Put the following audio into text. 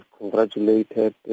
congratulated